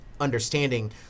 understanding